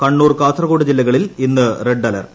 കണ്ണൂർ കാസർഗോഡ് ജില്ലകളിൽ ഇന്ന് red alert